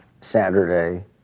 Saturday